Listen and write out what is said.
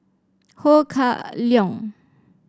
Ho Kah Leong